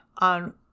on